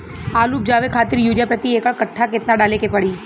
आलू उपजावे खातिर यूरिया प्रति एक कट्ठा केतना डाले के पड़ी?